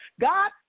God